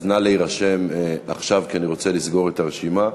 אז נא להירשם עכשיו כי אני רוצה לסגור את הרשימה.